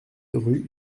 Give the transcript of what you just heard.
rue